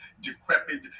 decrepit